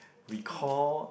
recall